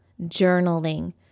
journaling